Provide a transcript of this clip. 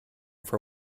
for